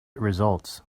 results